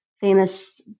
famous